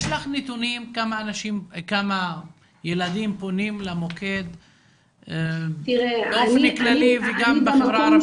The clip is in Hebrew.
יש לך נתונים כמה ילדים פונים למוקד באופן כללי וגם בחברה הערבית?